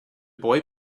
boy